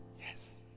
Yes